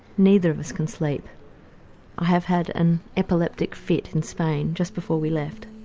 neither of us can sleep, i have had an epileptic fit in spain just before we left.